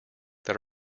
that